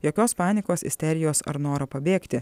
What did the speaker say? jokios panikos isterijos ar noro pabėgti